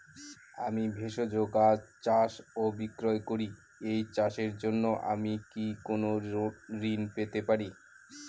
আমি ভেষজ গাছ চাষ ও বিক্রয় করি এই চাষের জন্য আমি কি কোন ঋণ পেতে পারি?